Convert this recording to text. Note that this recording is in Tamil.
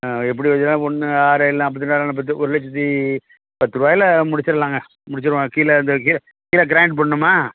எப்படி வைச்சிட்டாலும் ஒன்று ஆறேழு நாற்பத்தி ரெண்டு ஆறு நாலும் பத்து ஒரு லட்சத்தி பத்துரூபாய்ல முடிச்சிடுலாங்க முடிச்சிடுவோம் கீழே இந்த கீழே க்ரானைட் போடணுமா